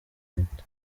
leta